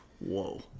Whoa